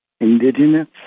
indigenous